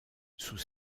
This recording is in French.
sous